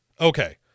okay